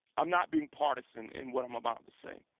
i'm not being partisan in what i'm about to say.